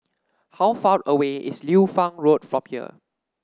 how far away is Liu Fang Road from here